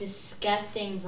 Disgusting